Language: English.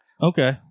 okay